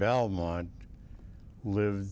belmont live